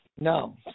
No